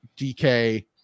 DK